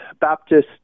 Baptist